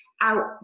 out